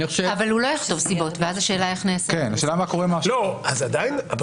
אבל הוא לא יכתוב סיבות ואז השאלה היא איך נעשה את זה.